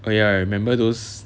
oh ya I remember those